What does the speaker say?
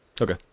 Okay